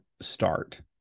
start